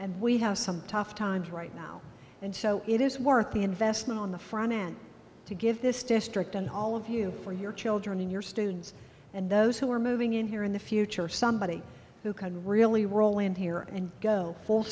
and we have some tough times right now and so it is worth the investment on the front end to give this district and all of you for your children your students and those who are moving in here in the future somebody who can really roland here and go full